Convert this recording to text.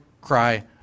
cry